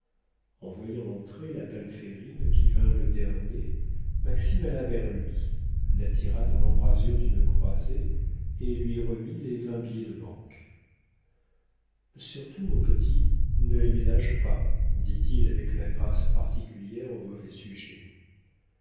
en voyant entrer la palférine qui vint le dernier maxime alla vers lui l'attira dans l'embrasure d'une croisée et lui remit les vingt billets de banque surtout mon petit ne les ménage pas dit-il avec la grâce particulière aux mauvais sujets